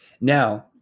Now